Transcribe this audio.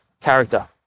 character